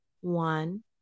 one